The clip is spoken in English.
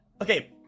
Okay